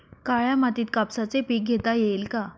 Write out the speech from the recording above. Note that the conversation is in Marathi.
काळ्या मातीत कापसाचे पीक घेता येईल का?